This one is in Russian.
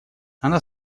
она